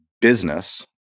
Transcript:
business